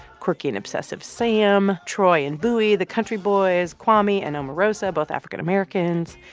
quirky and obsessive sam, troy and bowie, the country boys, kwame and omarosa, both african-americans.